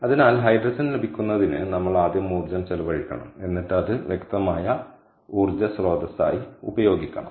അതിനാൽ ഹൈഡ്രജൻ ലഭിക്കുന്നതിന് നമ്മൾ ആദ്യം ഊർജ്ജം ചെലവഴിക്കണം എന്നിട്ട് അത് വ്യക്തമായ ഊർജ്ജ സ്രോതസ്സായി ഉപയോഗിക്കണം